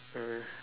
really